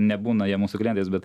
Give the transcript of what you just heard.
nebūna jie mūsų klientais bet